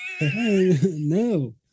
No